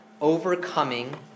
overcoming